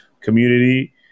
community